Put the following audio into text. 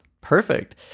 Perfect